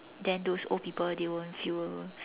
then those old people they won't feel